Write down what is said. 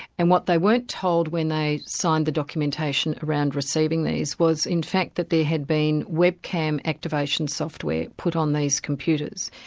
and what they weren't told when they signed the documentation around receiving these was in fact that there had been webcam activation software put on these computers,